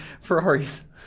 Ferraris